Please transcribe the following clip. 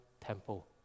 temple